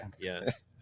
yes